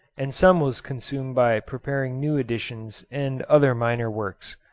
and some was consumed by preparing new editions and other minor works.